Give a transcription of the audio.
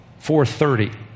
430